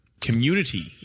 community